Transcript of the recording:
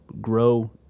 grow